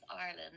ireland